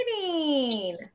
exciting